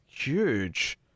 Huge